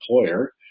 employer